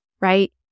right